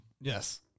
Yes